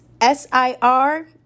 S-I-R